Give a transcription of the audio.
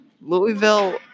Louisville